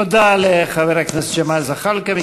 תודה לחבר הכנסת ג'מאל זחאלקה.